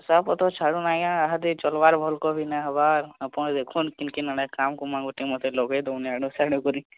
ପଇସା ପତର ଛାଡ଼ନ୍ତୁ ଆଜ୍ଞା ଚଳିବାର ଭଲକେ ବି ନାଇଁ ହେବା ଆପଣ ଦେଖନ୍ତୁ କେଉଁ କେଉଁ ଆଡ଼େ କାମ କୁମା ଗୋଟେ ମୋତେ ଲଗେଇ ଦେଉନୁ ଇଆଡ଼େ ସିଆଡ଼ୁ କରି